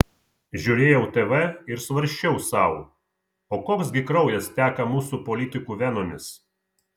žiūrėjau tv ir svarsčiau sau o koks gi kraujas teka mūsų politikų venomis